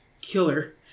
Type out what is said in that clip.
killer